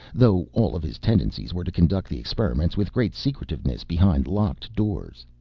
though all of his tendencies were to conduct the experiments with great secretiveness behind locked doors.